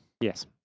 Yes